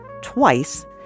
twice